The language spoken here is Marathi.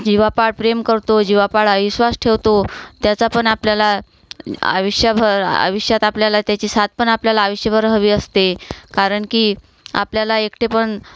जीवापाड प्रेम करतो जीवापाड आइश्वास ठेवतो त्याचापण आपल्याला आयुष्यभर आयुष्यात आपल्याला त्याची साथपण आपल्याला आयुष्यभर हवी असते कारण की आपल्याला एकटेपण